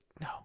no